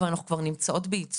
אבל אנחנו כבר נמצאות בעיצומה.